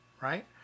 right